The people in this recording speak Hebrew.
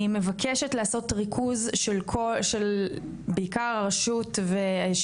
מבקשת לעשות ריכוז בעיקר של הרשות לזכויות